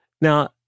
now